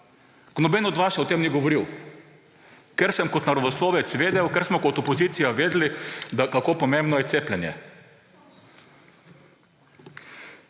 noben od vas še o tem ni govoril, ker sem kot naravoslovec vedel, ker smo kot opozicija vedeli, kako pomembno je cepljenje.